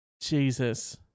Jesus